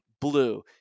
blue